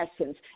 essence